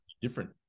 different